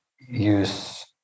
use